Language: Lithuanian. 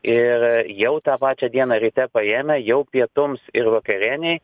ir jau tą pačią dieną ryte paėmę jau pietums ir vakarienei